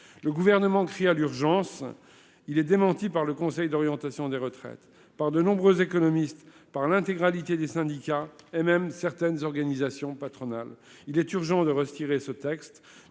le gouvernement crient à l'urgence. Il est démenti par le conseil d'orientation des retraites par de nombreux économistes par l'intégralité des syndicats et même certaines organisations patronales. Il est urgent de retirer ce texte